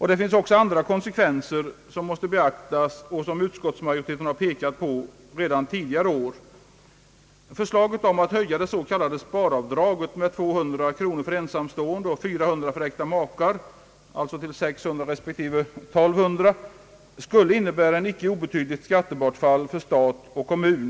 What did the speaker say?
Det finns också andra konsekvenser som måste beaktas och som utskottsmajoriteten har pekat på redan under tidigare år. Förslaget att höja det s.k. sparavdraget med 200 kronor för ensamstående och med 400 kronor för äkta makar, alltså till 600 respektive 1200 kronor, skulle innebära ett icke obetydligt skattbortfall för stat och kommun.